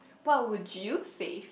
what would you save